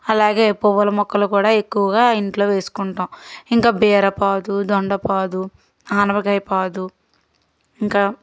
అలాగే పువ్వుల మొక్కలు కూడా ఎక్కువగా ఇంట్లో వేసుకుంటాము ఇంకా బీరపాదు దొండపాదు ఆనపకాయి పాదు ఇంకా